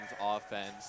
offense